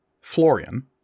Florian